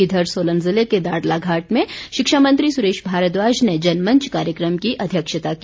इधर सोलन ज़िले के दाड़लाघाट में शिक्षा मंत्री सुरेश भारद्वाज ने जनमंच कार्यक्रम की अध्यक्षता की